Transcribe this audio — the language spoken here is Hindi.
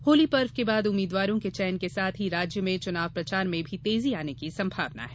होली पर्व के बाद उम्मीद्वारों के चयन के साथ ही राज्य में चुनाव प्रचार में भी तेजी आने की संभावना है